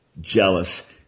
jealous